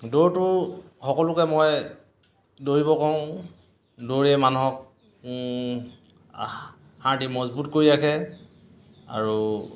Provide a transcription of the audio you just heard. দৌৰটো সকলোকে মই দৌৰিব কওঁ দৌৰে মানুহক হাৰ্ডি মজবুত কৰি ৰাখে আৰু